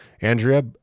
Andrea